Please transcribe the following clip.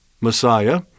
Messiah